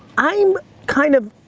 i'm kind of,